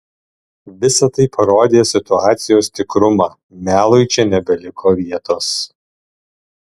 visa tai parodė situacijos tikrumą melui čia nebeliko vietos